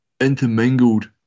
intermingled